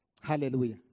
hallelujah